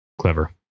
clever